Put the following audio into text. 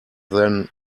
than